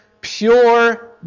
pure